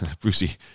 Brucey